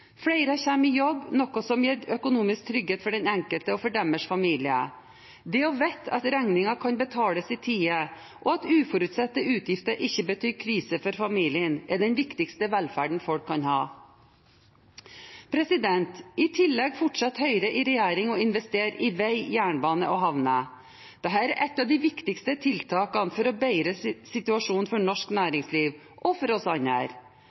Flere kommer i jobb, noe som gir økonomisk trygghet for den enkelte og for familien deres. Det å vite at regninger kan betales i tide, og at uforutsette utgifter ikke betyr krise for familien, er den viktigste velferden folk kan ha. I tillegg fortsetter Høyre i regjering å investere i vei, jernbane og havner. Dette er et av de viktigste tiltakene for å bedre situasjonen for norsk næringsliv – og for oss andre.